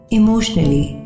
emotionally